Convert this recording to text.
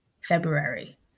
February